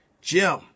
Jim